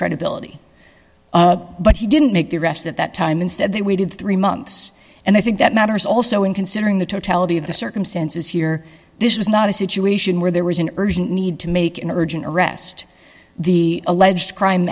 credibility but he didn't make the arrest at that time instead they waited three months and i think that matters also in considering the totality of the circumstances here this was not a situation where there was an urgent need to make an urgent arrest the alleged crime